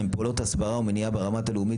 (2) פעולות הסברה ומניעה ברמה הלאומית